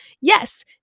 Yes